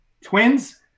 Twins